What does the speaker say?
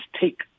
take